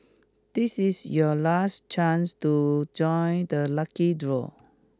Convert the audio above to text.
this is your last chance to join the lucky draw